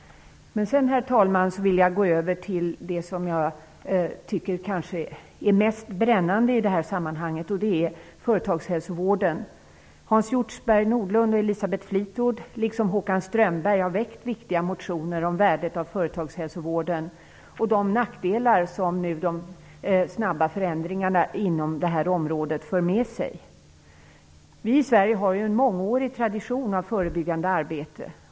Herr talman! Jag vill nu gå över till det som jag tycker är det mest brännande i sammanhanget, nämligen företagshälsovården. Hans Hjortzberg Strömberg har väckt viktiga motioner om värdet av företagshälsovården och de nackdelar som de snabba förändringar på området nu för med sig. I Sverige har vi ju en mångårig tradition av förebyggande arbete.